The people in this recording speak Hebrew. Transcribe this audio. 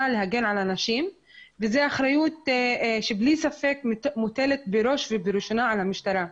להגן על הנשים וזו אחראיות שללא ספק מוטלת בראש ובראשונה על המשטרה.